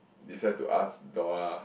decide to ask Dora